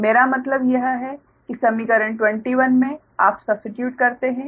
मेरा मतलब यह है कि समीकरण 21 में आप सब्स्टिट्यूट करते हैं